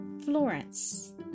Florence